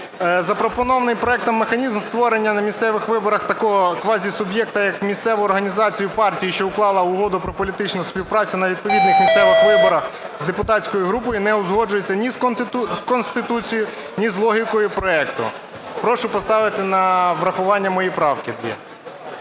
запропонований проектом механізм створення на місцевих виборах такого квазісуб'єкта, як місцеву організацію партії, що уклала угоду про політичну співпрацю на відповідних місцевих виборах з депутатською групою, не узгоджується ні з Конституцією, ні з логікою проекту. Прошу поставити на врахування мої правки.